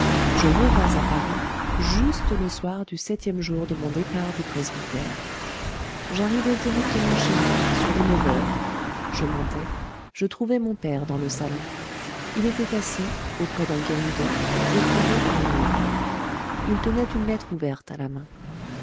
je revins à paris juste le soir du septième jour de mon départ du presbytère j'arrivai directement chez moi sur les neuf heures je montai je trouvai mon père dans le salon il était assis auprès d'un guéridon éclairé par une lampe il tenait une lettre ouverte à la main